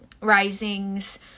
Risings